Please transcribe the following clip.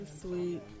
sweet